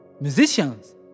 musicians